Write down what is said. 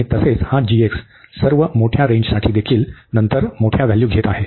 आणि तसेच हा सर्व मोठ्या रेंजसाठी देखील नंतर मोठ्या व्हॅल्यू घेत आहे